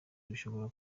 rushobora